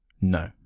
No